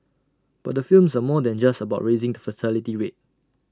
but the films are more than just about raising the fertility rate